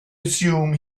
assumed